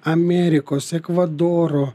amerikos ekvadoro